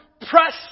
press